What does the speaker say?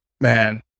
man